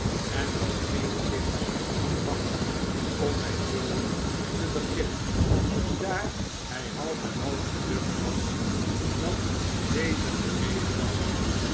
en was eenigszins bang om met joe te beginnen daar hij half en half beducht was dat deze gereed was